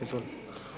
Izvolite.